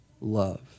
love